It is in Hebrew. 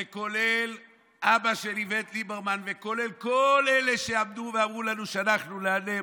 וכולל אבא של איווט ליברמן וכולל כל אלה שעמדו ואמרו לנו שאנחנו ניעלם,